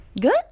good